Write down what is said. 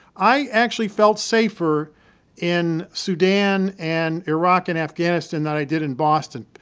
i actually felt safer in sudan and iraq and afghanistan than i did in boston.